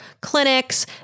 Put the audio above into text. clinics